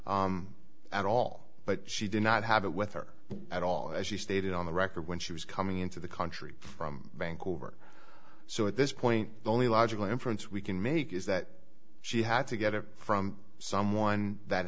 at all but she did not have it with her at all as she stated on the record when she was coming into the country from vancouver so at this point the only logical inference we can make is that she had to get it from someone that